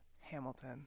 Hamilton